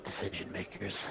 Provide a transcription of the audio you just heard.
decision-makers